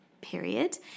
period